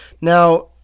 Now